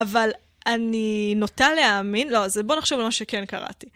אבל אני נוטה להאמין לו, אז בא נחשוב על מה שכן קראתי.